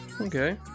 Okay